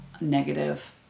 negative